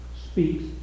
speaks